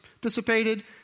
dissipated